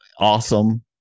awesome